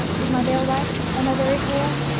is my veil right? am i very pale?